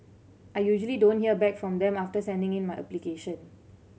I usually don't hear back from them after sending in my application